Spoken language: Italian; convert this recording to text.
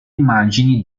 immagini